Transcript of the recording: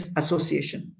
association